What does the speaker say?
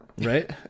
Right